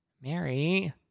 Mary